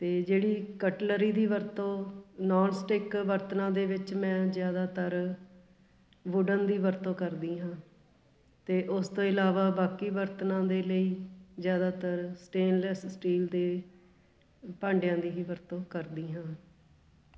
ਅਤੇ ਜਿਹੜੀ ਕਟਲਰੀ ਦੀ ਵਰਤੋਂ ਨੋਨ ਸਟਿੱਕ ਬਰਤਨਾਂ ਦੇ ਵਿੱਚ ਮੈਂ ਜ਼ਿਆਦਾਤਰ ਵੂਡਨ ਦੀ ਵਰਤੋਂ ਕਰਦੀ ਹਾਂ ਅਤੇ ਉਸ ਤੋਂ ਇਲਾਵਾ ਬਾਕੀ ਬਰਤਨਾਂ ਦੇ ਲਈ ਜ਼ਿਆਦਾਤਰ ਸਟੇਨਲੈਸ ਸਟੀਲ ਦੇ ਭਾਂਡਿਆਂ ਦੀ ਹੀ ਵਰਤੋਂ ਕਰਦੀ ਹਾਂ